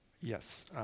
Yes